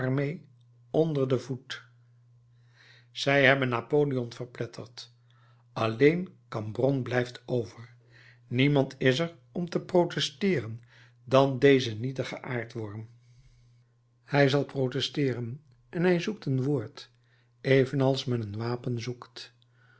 onder den voet zij hebben napoleon verpletterd alleen cambronne blijft over niemand is er om te protesteeren dan deze nietige aardworm hij zal protesteeren en hij zoekt een woord evenals men een wapen zoekt